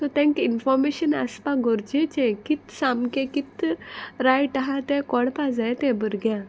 so तेंक information आसपाक गोरजेचें कित सामकें कित रायट आहा तें कोळपा जाय तें भुरग्यांक